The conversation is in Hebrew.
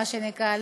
מה שנקרא,